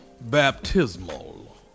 baptismal